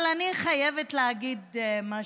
אבל אני חייבת להגיד משהו.